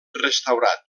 restaurat